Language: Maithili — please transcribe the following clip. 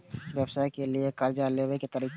व्यवसाय के लियै कर्जा लेबे तरीका?